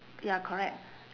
ya correct